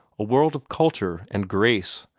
a world of culture and grace,